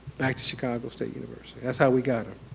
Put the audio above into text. back to chicago state university. that's how we got her.